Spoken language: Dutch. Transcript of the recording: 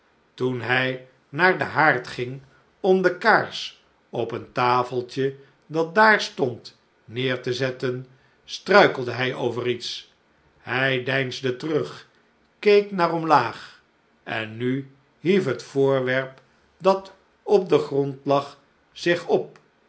toen hij naar den haard ging om de kaars op een tafeltje dat daar stond neer te zetten struikelde hij over iets hij deinsde terug keek naar omlaag en nu hief het voorwerp dat op den grond lag zich op